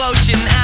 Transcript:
Ocean